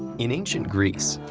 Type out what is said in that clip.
in ancient greece,